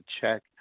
check